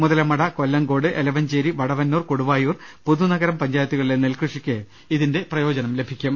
മുതലമട കൊല്ലങ്കോട് എലവഞ്ചേരി വടവന്നൂർ കൊടുവായൂർ പുതുനഗരം പഞ്ചായത്തുകളിലെ നെൽകൃഷിക്ക് ഇതിന്റെ പ്രയോജനം ലഭിക്കും